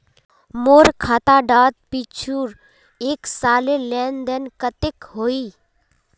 मोर खाता डात पिछुर एक सालेर लेन देन कतेक होइए?